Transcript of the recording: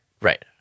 Right